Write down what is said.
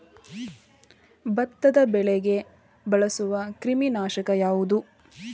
ಭತ್ತದ ಬೆಳೆಗೆ ಬಳಸುವ ಕ್ರಿಮಿ ನಾಶಕ ಯಾವುದು?